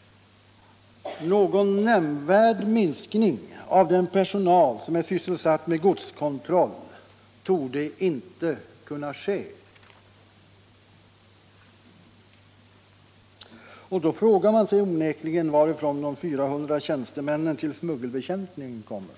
— att någon nämnvärd minskning av den personal som är sysselsatt med godskontroll inte torde kunna ske. Och då frågar man sig onekligen varifrån de 400 tjänstemännen till smuggelbekämpningen kommer.